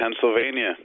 Pennsylvania